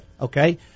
Okay